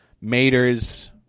Mater's